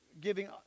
giving